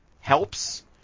helps